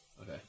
Okay